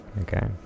Okay